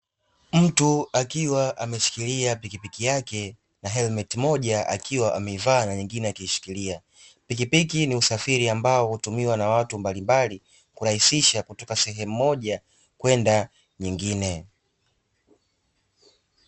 Mtu akiwa ameshikilia pikipiki yake na helmeti moja akiwa amevaa na nyingine akishikilia, pikipiki ni usafiri ambao hutumiwa na watu mbalimbali kurahisisha kutoka sehemu moja kwenda nyingine.